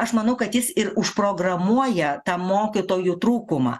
aš manau kad jis ir užprogramuoja tą mokytojų trūkumą